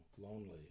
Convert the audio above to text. lonely